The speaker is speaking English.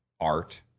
art